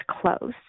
close